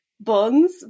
buns